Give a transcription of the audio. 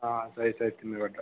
ಹಾಂ ಸರಿ ಸರಿ ತಿಮ್ಮೆಗೌಡರೇ